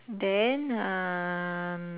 then ah